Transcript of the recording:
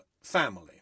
family